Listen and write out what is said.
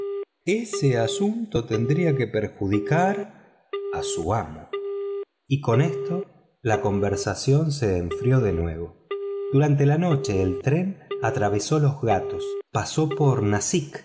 ese asunto tendría que perjudicar a su amo y con esto la conversación se enfrió de nuevo durante la noche el tren atravesó los ghats pasó por nassik